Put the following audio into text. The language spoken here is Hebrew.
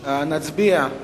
נצביע.